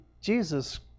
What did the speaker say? Jesus